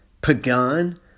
Pagan